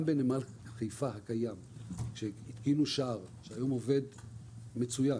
גם בנמל חיפה הקיים כשהתקינו שער שעובד היום מצוין